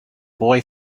boy